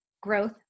growth